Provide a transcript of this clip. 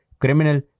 criminal